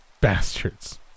bastards